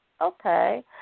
Okay